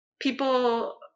people